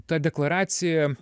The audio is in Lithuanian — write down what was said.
ta deklaracija